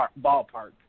ballpark